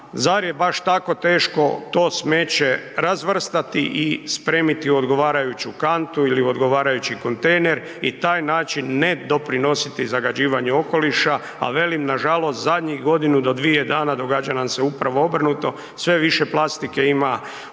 zar je baš tako teško to smeće razvrstati i spremiti u odgovarajuću kantu ili odgovarajući kontejner i taj način ne doprinositi zagađivanju okoliša, a velim nažalost zadnjih godinu do dvije dana događa nam se upravo obrnuto sve više plastike ima